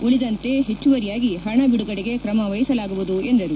ಉಳಿದಂತೆ ಹೆಚ್ಚುವರಿಯಾಗಿ ಹಣ ಬಿಡುಗಡೆಗೆ ಕ್ರಮ ವಹಿಸಲಾಗುವುದು ಎಂದರು